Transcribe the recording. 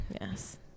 yes